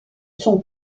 son